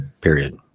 period